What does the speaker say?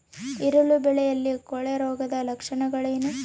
ಈರುಳ್ಳಿ ಬೆಳೆಯಲ್ಲಿ ಕೊಳೆರೋಗದ ಲಕ್ಷಣಗಳೇನು?